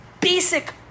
basic